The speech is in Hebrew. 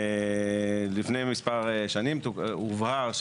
לפני מספר שנים הובהר,